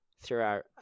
throughout